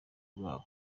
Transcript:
bwabo